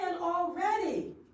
already